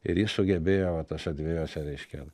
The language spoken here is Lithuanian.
ir jis sugebėjo va tuose dviejuose reiškia